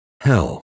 Hell